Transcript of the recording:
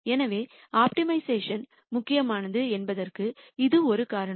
எனவே ஆப்டிமைசேஷன் முக்கியமானது என்பதற்கு இது ஒரு காரணம்